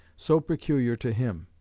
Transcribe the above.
so peculiar to him.